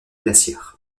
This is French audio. glaciaire